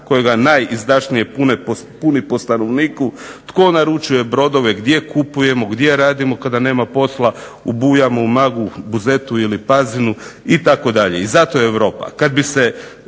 kojega najizdašnije puni po stanovniku. Tko naručuje brodove, gdje kupujemo, gdje radimo kada nema posla u Bujama, u Magu, Buzetu ili Pazinu itd. I zato Europa.